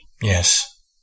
Yes